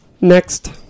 Next